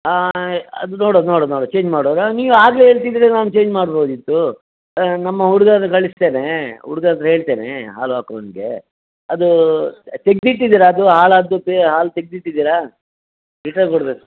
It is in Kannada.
ಹಾಂ ಅದು ನೋಡುವ ನೋಡುವ ನೋಡುವ ಚೇಂಜ್ ಮಾಡುವಾಗ ನೀವು ಆಗಲೇ ಹೇಳ್ತಿದ್ರೆ ನಾನು ಚೇಂಜ್ ಮಾಡ್ಬೌದಿತ್ತು ನಮ್ಮ ಹುಡುಗರನ್ನು ಕಳಿಸ್ತೇನೆ ಹುಡಗ್ರ ಹತ್ರ ಹೇಳ್ತೇನೆ ಹಾಲು ಹಾಕುವನಿಗೆ ಅದು ತೆಗೆದಿಟ್ಟಿದ್ದೀರಾ ಅದು ಹಾಳಾದ್ದು ಪೆ ಹಾಲು ತೆಗೆದಿಟ್ಟಿದ್ದೀರಾ ರಿಟರ್ನ್ ಕೊಡ್ಬೇಕು